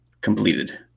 completed